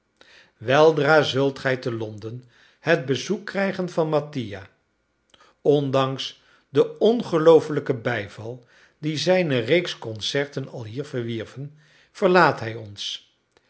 weldra zult gij te londen het bezoek krijgen van mattia ondanks den ongelooflijken bijval die zijne reeks concerten alhier verwierven verlaat hij ons